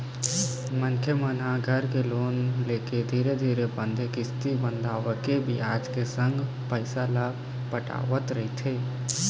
मनखे मन ह घर लोन लेके धीरे बांधे किस्ती बंधवाके बियाज के संग पइसा ल पटावत रहिथे